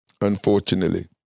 unfortunately